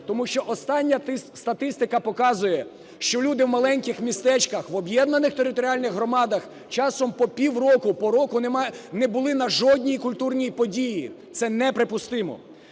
тому що остання статистика показує, що люди в маленьких містечках, в об'єднаних територіальних громадах часом по півроку, по року не були на жодній культурній події. Це неприпустимо!